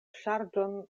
ŝarĝon